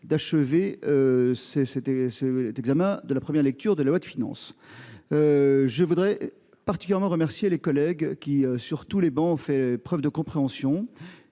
d'achever cette première lecture de la loi de finances. Je voudrais particulièrement remercier mes collègues qui, sur toutes les travées, ont fait preuve de compréhension